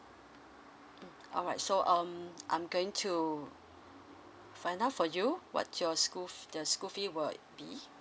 alright so um I'm going to find out for you what your school the school fee will be